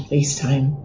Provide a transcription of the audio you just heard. FaceTime